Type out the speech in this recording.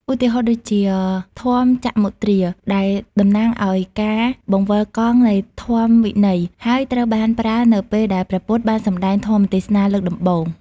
ឧទាហរណ៍ ដូចជា ធម្មចក្រមុទ្រា ដែលតំណាងឱ្យការបង្វិលកង់នៃធម្មវិន័យ ហើយត្រូវបានប្រើនៅពេលដែលព្រះពុទ្ធបានសំដែងធម្មទេសនាលើកដំបូង។